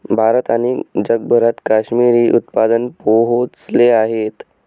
भारत आणि जगभरात काश्मिरी उत्पादन पोहोचले आहेत